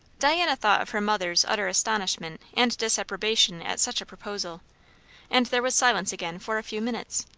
diana thought of her mother's utter astonishment and disapprobation at such a proposal and there was silence again for a few minutes,